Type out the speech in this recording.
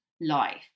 life